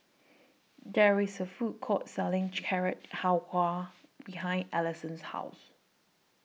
There IS A Food Court Selling Carrot Halwa behind Alyson's House